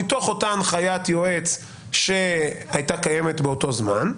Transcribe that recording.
מתוך אותה הנחיית יועץ שהייתה קיימת באותו זמן,